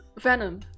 Venom